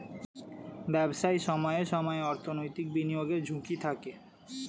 ব্যবসায় সময়ে সময়ে অর্থনৈতিক বিনিয়োগের ঝুঁকি থাকে